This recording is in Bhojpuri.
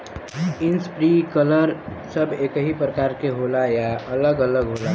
इस्प्रिंकलर सब एकही प्रकार के होला या अलग अलग होला?